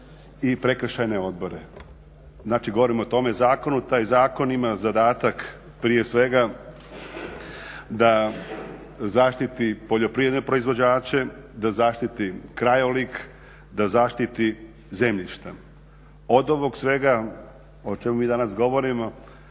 i prekršajne odredbe. Znači, govorimo o tome zakonu. Taj zakon ima zadatak prije svega da zaštiti poljoprivredne proizvođače, da zaštiti krajolik, da zaštiti zemljišta. Od ovog svega o čemu mi danas govorimo